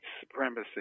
supremacy